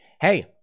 Hey